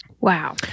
Wow